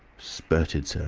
spurted, sir,